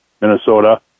Minnesota